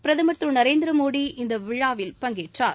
பிரதமர் திரு நரேந்திரமோடி இந்த விழாவில் பங்கேற்றார்